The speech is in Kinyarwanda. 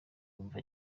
yumva